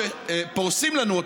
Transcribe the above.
שפורסים לנו,